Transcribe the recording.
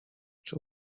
czy